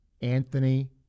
Anthony